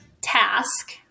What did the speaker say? task